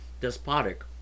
despotic